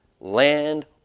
land